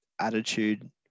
attitude